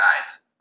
guys